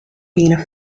being